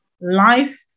life